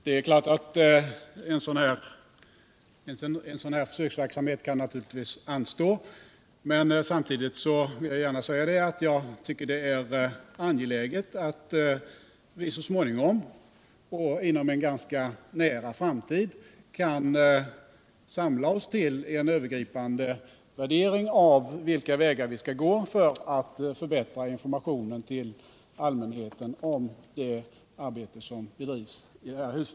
Herr talman! En sådan här försöksverksamhet kan naturligtvis anstå. Men samtidigt vill jag gärna säga att jag tycker att det är angeläget att vi så småningom och inom en ganska nära framtid kan samla oss till en övergripande värdering av vilka vägar vi skall gå för att förbättra informationen till allmänheten om det arbete som bedrivs här i huset.